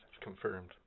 Confirmed